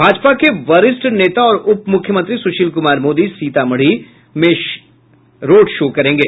भाजपा के वरिष्ठ नेता और उप मुख्यमंत्री सुशील कुमार मोदी सीतामढ़ी शहर में रोड शो करेंगे